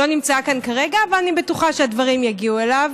שלא נמצא כאן כרגע אבל אני בטוחה שהדברים יגיעו אליו,